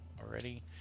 already